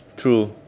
true